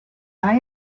eye